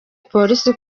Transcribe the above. polisi